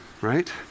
right